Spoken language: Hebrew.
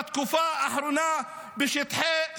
בתקופה האחרונה בשטחי C,